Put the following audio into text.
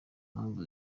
mpamvu